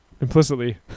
implicitly